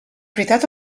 veritat